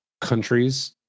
countries